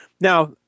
Now